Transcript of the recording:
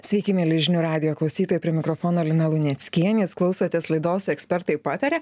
sveiki mieli žinių radijo klausytojai prie mikrofono lina luneckienė jūs klausotės laidos ekspertai pataria